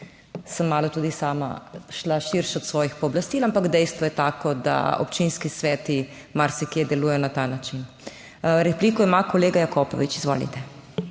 sem malo tudi sama šla širše od svojih pooblastil, ampak dejstvo je tako, da občinski sveti marsikje delujejo na ta način. Repliko ima kolega Jakopovič. Izvolite.